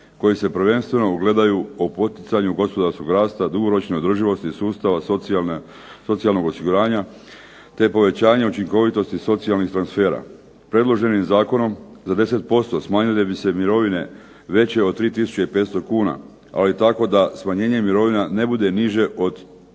koji se prvenstveno ugledaju o poticanju gospodarskog rasta, dugoročne održivosti sustava socijalnog osiguranja, te povećanje učinkovitosti socijalnih transfera. Predloženim zakonom za 10% smanjile bi se mirovine veće od 3 tisuće i 500 kuna, ali tako da smanjenje mirovina ne bude niže od onih